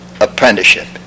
apprenticeship